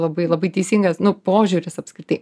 labai labai teisingas požiūris apskritai